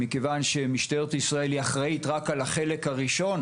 שמשטרת ישראל אחראית רק על החלק הראשון.